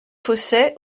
fossey